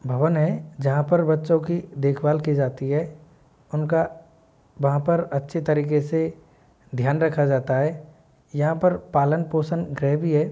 भवन है जहाँ पर बच्चों की देखभाल की जाती है उनका वहाँ पर अच्छी तरीक़े से ध्यान रखा जाता है यहाँ पर पालन पोषण ग्रह भी है